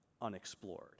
unexplored